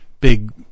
big